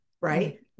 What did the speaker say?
Right